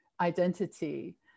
identity